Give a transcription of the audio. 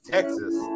Texas